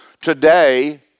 Today